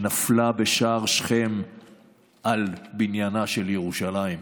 שנפלה בשער שכם על בניינה של ירושלים.